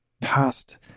past